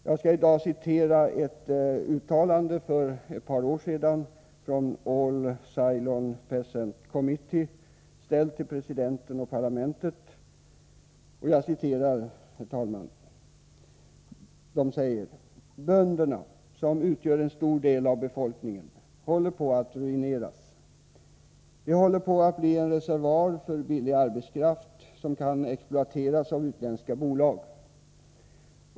Jag skall i dag citera ett uttalande som gjordes för ett par år sedan av All Ceylon Peasants Committee. Uttalandet var riktat till presidenten och parlamentet. ”Bönderna, som utgör en stor del av befolkningen, håller på att ruineras. De håller på att bli en reservoar för billig arbetskraft som kan exploateras av utländska bolag.